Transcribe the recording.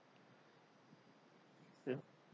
ya